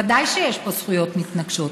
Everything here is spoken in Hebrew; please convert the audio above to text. ודאי שיש פה זכויות מתנגשות.